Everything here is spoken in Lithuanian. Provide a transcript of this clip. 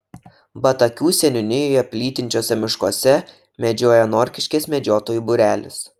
batakių seniūnijoje plytinčiuose miškuose medžioja norkiškės medžiotojų būrelis